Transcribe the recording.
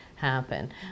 happen